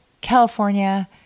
California